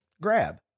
grab